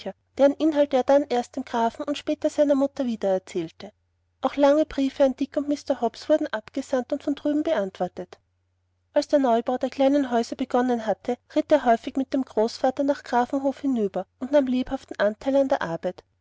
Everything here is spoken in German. deren inhalt er dann erst dem grafen und später seiner mutter wiedererzählte auch lange briefe an dick und mr hobbs wurden abgesandt und von drüben beantwortet als der neubau der kleinen häuser begonnen hatte ritt er häufig mit dem großvater nach grafenhof hinüber und nahm lebhaften anteil an der arbeit